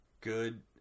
good